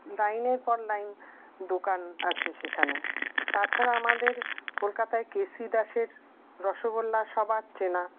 লাইনের পর লাইন দোকান আছে সেখানে তাছাড়া আমাদের কলকাতায় কেসি দাসের রসগোল্লা সবার চেনা